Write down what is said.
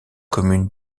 commune